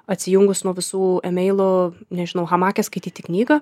atsijungus nuo visų emeilų nežinau hamake skaityti knygą